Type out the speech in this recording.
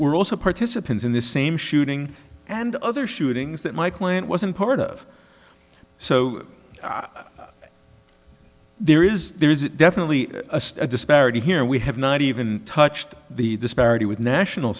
were also participants in this same shooting and other shootings that my client wasn't part of so there is there is definitely a disparity here we have not even touched the disparity with national